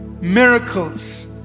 miracles